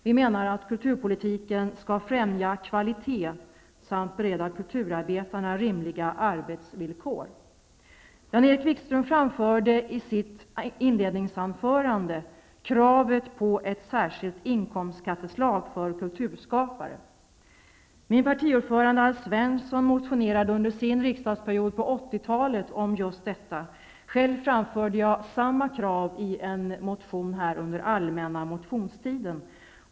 Vi menar att kulturpolitiken skall främja kvalitet samt bereda kulturarbetarna rimliga arbetsvillkor. Jan-Erik Wikström framförde i sitt inledningsanförande kravet på ett särskilt inkomstskatteslag för kulturskapare, Min partiordförande Alf Svensson motionerade under sin riksdagsperiod på 80-talet om just detta. Själv framförde jag samma krav i en motion under den allmänna motionstiden.